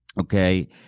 okay